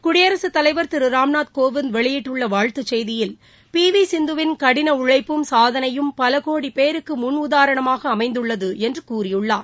குடியரசுத்தலைவர் திரு ராம்நாத் கோவிந்த் வெளியிட்டுள்ள வாழ்த்து செய்தியில் பி வி சிந்துவின் ஷடின உழுப்பும் சாதனையும் பலகோடி பேருக்கு முன் உதாரணமாக அமைந்துள்ளது என்று கூறியுள்ளார்